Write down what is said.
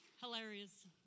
hilarious